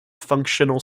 functional